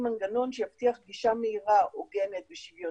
הלאומיות לג'ין תרפי וסל תרפי,